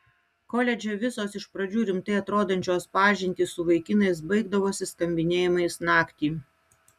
koledže visos iš pradžių rimtai atrodančios pažintys su vaikinais baigdavosi skambinėjimais naktį